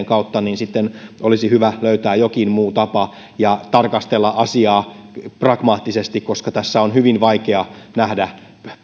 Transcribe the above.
kautta niin sitten olisi hyvä löytää jokin muu tapa ja tarkastella asiaa pragmaattisesti koska tässä on hyvin vaikea nähdä